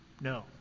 No